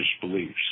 beliefs